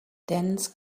dense